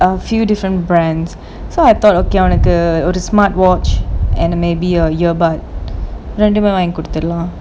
a few different brands so I thought okay அவனுக்கு ஒரு:avanukku oru smartwatch and a maybe a earbud ரெண்டுமே வாங்கி குடுத்துரலாம்:rendumae vaangi kuduthuralaam